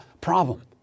problem